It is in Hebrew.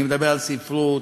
אני מדבר על ספרות,